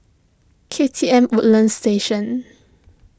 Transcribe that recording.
K T M Woodlands Station